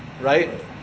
Right